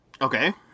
Okay